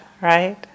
right